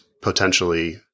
potentially